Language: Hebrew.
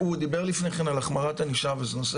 הוא דיבר לפני כן על החמרת ענישה וזה נושא